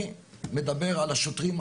אני מדבר על השוטרים,